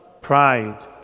pride